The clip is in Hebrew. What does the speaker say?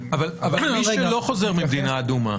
ומי שלא חוזר ממדינה אדומה?